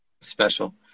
Special